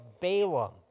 Balaam